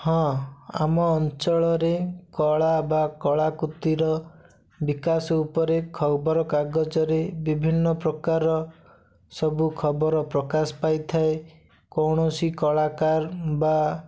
ହଁ ଆମ ଅଞ୍ଚଳରେ କଳା ବା କଳାକୃତିର ବିକାଶ ଉପରେ ଖବର କାଗଜରେ ବିଭିନ୍ନ ପ୍ରକାର ସବୁ ଖବର ପ୍ରକାଶ ପାଇଥାଏ କୌଣସି କଳାକାର ବା